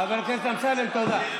חבר הכנסת אמסלם, תודה.